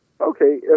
Okay